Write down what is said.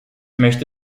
möchte